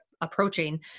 approaching